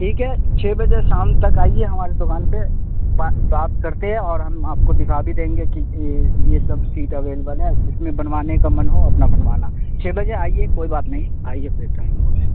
ٹھیک ہے چھ بجے شام تک آئیے ہماری دوکان پہ بات بات کرتے ہیں اور ہم آپ کو دکھا بھی دیں گے کہ یہ یہ سب سیٹ اویلیبل ہے جس میں بنوانے کا من ہو اپنا بنوانا چھ بجے آئیے کوئی بات نہیں آئیے بیٹر ہے اوکے